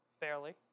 Barely